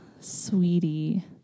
sweetie